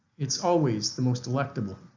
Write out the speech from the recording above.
it's always the most delectable.